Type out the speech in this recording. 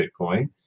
Bitcoin